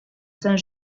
saint